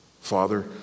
Father